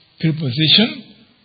preposition